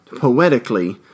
poetically